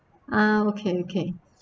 ah okay okay